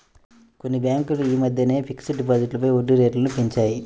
కొన్ని బ్యేంకులు యీ మద్దెనే ఫిక్స్డ్ డిపాజిట్లపై వడ్డీరేట్లను పెంచాయి